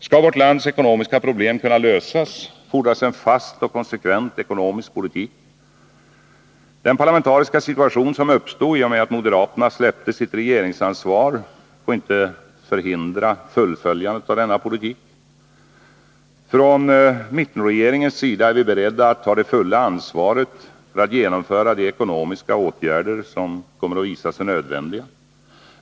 Skall vårt lands ekonomiska problem kunna lösas, fordras en fast och konsekvent ekonomisk politik. Den parlamentariska situation som uppstod i och med att moderaterna släppte sitt regeringsansvar får inte förhindra fullföljandet av denna politik. Från mittenregeringens sida är vi beredda att ta det fulla ansvaret för att genomföra de ekonomiska åtgärder som kommer att visa sig nödvändiga.